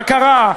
מה קרה?